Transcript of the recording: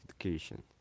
education